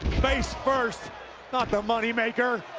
face first not the money maker.